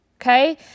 Okay